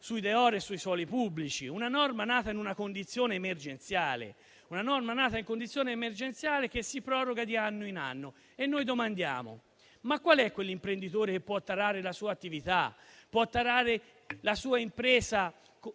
sui *dehors* e sui suoli pubblici. Abbiamo una norma nata in una condizione emergenziale che si proroga di anno in anno. E noi domandiamo: ma quale imprenditore può tarare la sua attività e la sua impresa